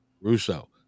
russo